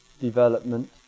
development